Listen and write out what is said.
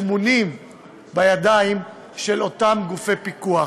טמונים בידיים של אותם גופי פיקוח.